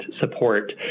support